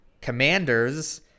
Commanders